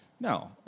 no